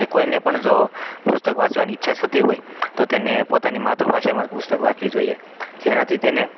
કે કોઈને પણ જો પુસ્તક વાંચવાની ઈચ્છા થતી હોય તો તેને પોતાની માતૃ ભાષામાં જ પુસ્તક વાંચવું જોઈએ જેનાથી તેને